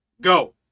Go